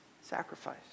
sacrifice